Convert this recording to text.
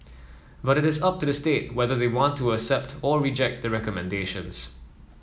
but it is up to the state whether they want to accept or reject the recommendations